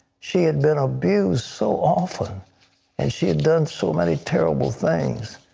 she had been abused so often and she had done so many terrible things.